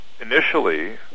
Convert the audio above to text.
Initially